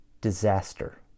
disaster